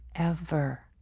ever.